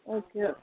okay